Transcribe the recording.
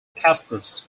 casters